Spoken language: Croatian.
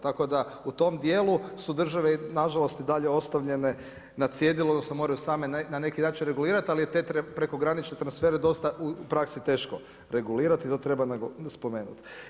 Tako da u tom dijelu, su države nažalost i dalje ostavljene na cjedilu, odnosno, moraju same na neki način regulirati, ali te prekogranične transporte je u praksi dosta teško regulirati i to treba spomenuti.